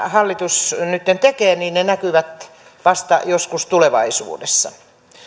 hallitus nyt tekee näkyvät vasta joskus tulevaisuudessa